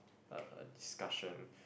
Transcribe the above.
a a discussion